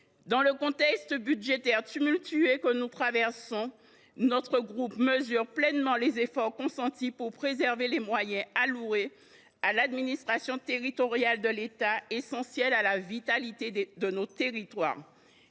Dans le contexte budgétaire tumultueux que nous traversons, les élus de notre groupe mesurent pleinement les efforts consentis pour préserver les moyens alloués à l’administration déconcentrée de l’État, laquelle est essentielle à la vitalité de nos territoires.